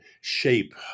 shape